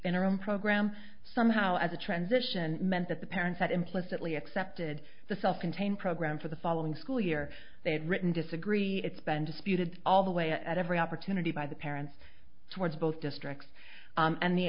interim program somehow as a transition meant that the parents that implicitly accepted the self contained program for the following school year they had written disagree it's been disputed all the way at every opportunity by the parents towards both districts and the